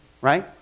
Right